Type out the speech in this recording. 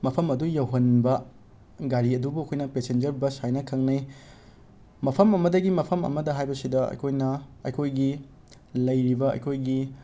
ꯃꯐꯝ ꯑꯗꯨ ꯌꯧꯍꯟꯕ ꯒꯥꯔꯤ ꯑꯗꯨꯕꯨ ꯑꯩꯈꯣꯏꯅ ꯄꯦꯁꯦꯟꯖꯔ ꯕꯁ ꯍꯥꯏꯅ ꯈꯪꯅꯩ ꯃꯐꯝ ꯑꯃꯗꯒꯤ ꯃꯐꯝ ꯑꯃꯗ ꯍꯥꯏꯕꯁꯤꯗ ꯑꯩꯈꯣꯏꯅ ꯑꯩꯈꯣꯏꯒꯤ ꯂꯩꯔꯤꯕ ꯑꯩꯈꯣꯏꯒꯤ